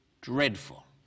Dreadful